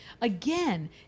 again